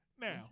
Now